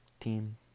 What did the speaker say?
team